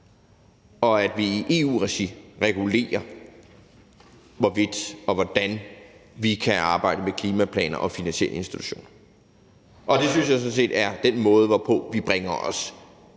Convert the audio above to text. og at vi i EU-regi regulerer, hvorvidt og hvordan vi kan arbejde med klimaplaner og finansielle institutioner. Og det synes jeg sådan set er den måde, hvorpå vi bringer os